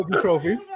trophy